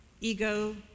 ego